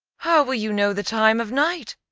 how will you know the time of night?